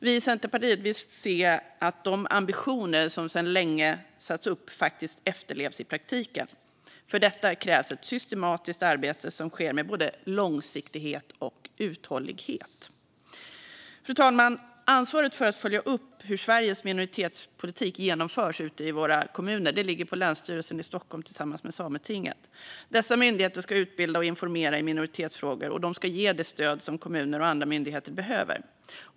Vi i Centerpartiet vill se att de ambitioner som sedan länge satts upp faktiskt efterlevs i praktiken, och för detta krävs ett systematiskt arbete som sker med både långsiktighet och uthållighet. Fru talman! Ansvaret för att följa upp hur Sveriges minoritetspolitik genomförs ute i våra kommuner ligger på Länsstyrelsen i Stockholm tillsammans med Sametinget. Dessa myndigheter ska utbilda och informera i minoritetsfrågor, och de ska ge det stöd som kommuner och andra myndigheter behöver.